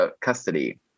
Custody